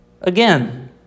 Again